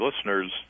listeners